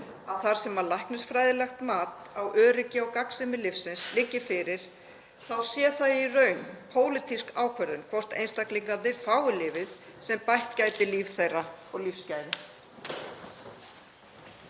að þar sem læknisfræðilegt mat á öryggi og gagnsemi lyfsins liggi fyrir þá sé það í raun pólitísk ákvörðun hvort einstaklingarnir fái lyfið sem bætt gæti líf þeirra og lífsgæði.